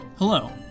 Hello